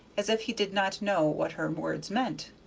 as if he did not know what her words meant.